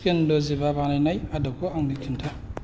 chicken दजिबा बानायनाय आदबखौ आंनो खिन्था